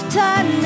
time